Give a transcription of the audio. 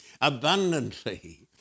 abundantly